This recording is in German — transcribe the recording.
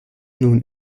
nun